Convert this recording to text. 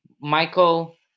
Michael